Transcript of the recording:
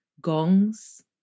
gongs